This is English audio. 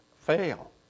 fail